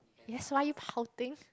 yes white powding